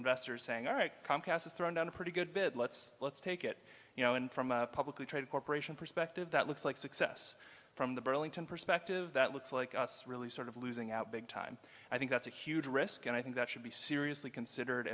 investors saying all right comcast has thrown down a pretty good bit let's let's take it you know and from a publicly traded corporation perspective that looks like success from the burlington perspective that looks like us really sort of losing out big time i think that's a huge risk and i think that should be seriously considered